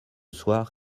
soir